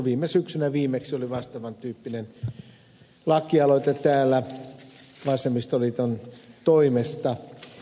viime syksynä viimeksi oli vastaavan tyyppinen lakialoite täällä vasemmistoliiton toimesta